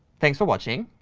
thanks, for watching.